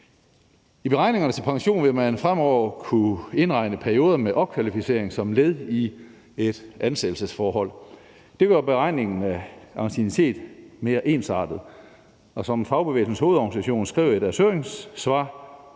I beregningerne til pension vil man fremover kunne indregne perioder med opkvalificering som led i et ansættelsesforhold. Det gør beregningen af anciennitet mere ensartet, og som Fagbevægelsens Hovedorganisation skriver i deres høringssvar: